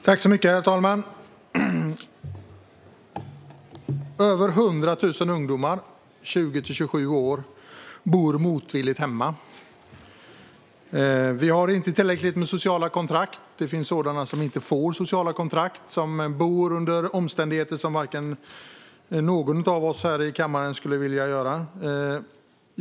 Herr talman! Över 100 000 ungdomar i åldern 20-27 år bor motvilligt hemma. Vi har inte tillräckligt med sociala kontrakt. Det finns människor som inte får sociala kontrakt och som bor under omständigheter som inte någon av oss här i kammaren skulle vilja göra.